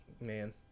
Man